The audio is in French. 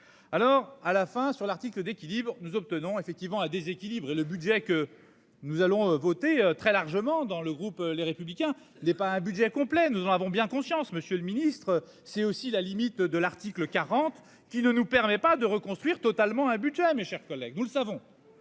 Alors à la fin sur l'article d'équilibre, nous obtenons effectivement à déséquilibrer le budget que.-- Nous allons voter très largement dans le groupe Les Républicains n'est pas un budget complet, nous en avons bien conscience, Monsieur le Ministre, c'est aussi la limite de l'article 40 qui ne nous permet pas de reconstruire totalement un budget. Mes chers collègues, nous le savons.